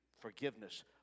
forgiveness